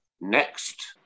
next